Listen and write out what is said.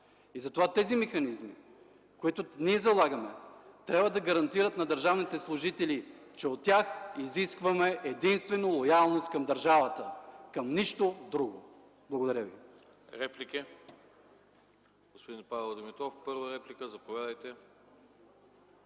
Затова тези механизми, които залагаме, трябва да гарантират на държавните служители, че от тях изискваме единствено лоялност към държавата – към нищо друго! Благодаря Ви.